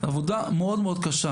העבודה היא קשה מאוד.